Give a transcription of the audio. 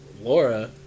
Laura